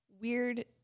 weird